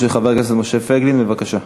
חבר הכנסת משה פייגלין, בבקשה.